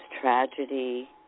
tragedy